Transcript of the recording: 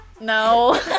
No